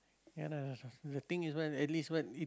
ya lah the thing is what at least what it